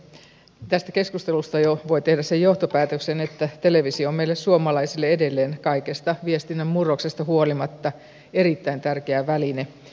tästä keskustelusta jo voi tehdä sen johtopäätöksen että televisio on meille suomalaisille edelleen kaikesta viestinnän murroksesta huolimatta erittäin tärkeä väline